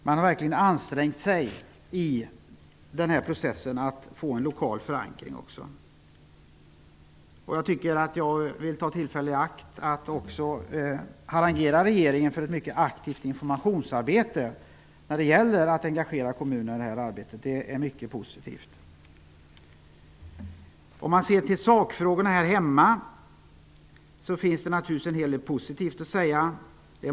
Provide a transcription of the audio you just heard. Man har verkligen ansträngt sig i processen för att också få en lokal förankring. Jag vill ta tillfället i akt att också harangera regeringen för ett mycket aktivt informationsarbete när det gäller att engagera kommunerna i detta arbete. Det är mycket positivt. Om man ser till sakfrågorna här hemma finns det naturligtvis en hel del positivt att säga.